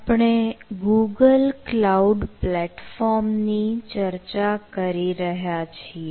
આપણે Google cloud પ્લેટફોર્મની ચર્ચા કરી રહ્યા છીએ